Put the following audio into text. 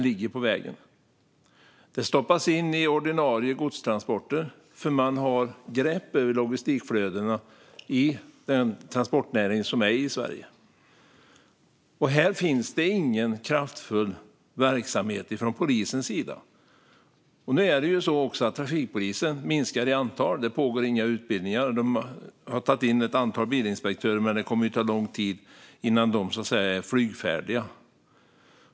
Dessa saker stoppas in i ordinarie godstransporter, eftersom de har grepp om logistikflödena i transportnäringen i Sverige. Här finns det ingen kraftfull verksamhet från polisens sida. Antalet trafikpoliser minskar, och det pågår inga utbildningar. Polisen har tagit in ett antal bilinspektörer, men det kommer att ta lång tid innan de så att säga är flygfärdiga.